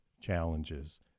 challenges